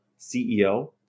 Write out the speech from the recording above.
CEO